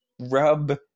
rub